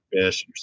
fish